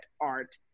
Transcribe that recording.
art